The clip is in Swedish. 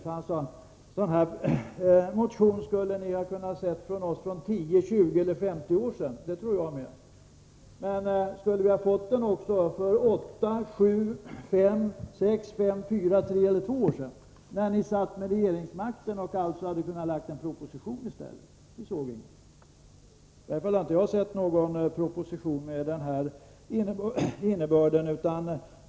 Han sade att vi kunde ha fått se en sådan här motion från dem för tio, tjugo eller femtio år sedan, och det tror jag också. Vi skulle också ha kunnat få den för åtta, sju, sex, fem, fyra, tre eller två år sedan, när ni hade regeringsmakten. Då kunde ni ha lagt fram en proposition i stället. Men jag har inte sett någon proposition med denna innebörd.